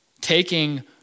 taking